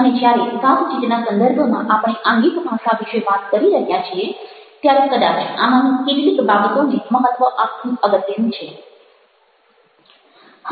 અને જ્યારે વાતચીતના સંદર્ભમાં આપણે આંગિક ભાષા વિશે વાત કરી રહ્યા છીએ ત્યારે કદાચ આમાંની કેટલીક બાબતોને મહત્ત્વ આપવું અગત્યનું છે